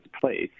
place